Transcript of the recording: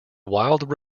wild